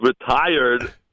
retired